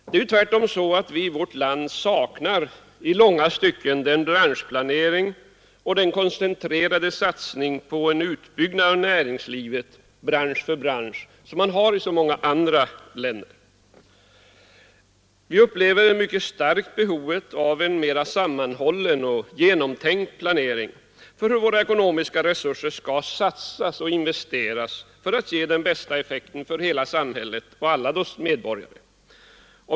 Det är tvärtom så att vi i vårt land i långa stycken saknar den branschplanering och koncentrerade satsning på en utbyggnad av näringslivet bransch för bransch som man har i så många andra länder. Vi upplever mycket starkt behovet av en mer sammanhållen och genomtänkt planering av hur våra ekonomiska resurser skall satsas och investeras för att ge den bästa effekten för hela samhället och alla dess medborgare.